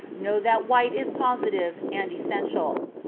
know that white is positive and essential.